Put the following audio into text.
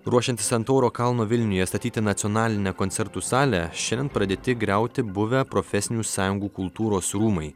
ruošiantis ant tauro kalno vilniuje statyti nacionalinę koncertų salę šiandien pradėti griauti buvę profesinių sąjungų kultūros rūmai